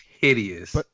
hideous